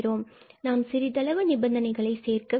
எனவே நாம் சிறிதளவு நிபந்தனைகளை சேர்க்க வேண்டும்